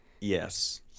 yes